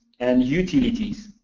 and utilities.